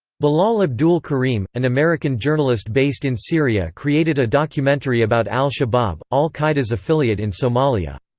bilal abdul kareem, an american journalist based in syria created a documentary about al-shabab, al-qaeda's affiliate in somalia.